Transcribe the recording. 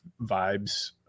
vibes